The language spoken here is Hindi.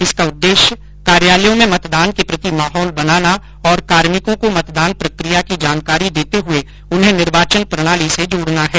इसका उद्देश्य कार्यालयों में मतदान के प्रति माहौल बनाना और कार्मिकों को मतदान प्रक्रिया की जानकारी देते हुए उन्हें निर्वाचन प्रणाली से जोड़ना है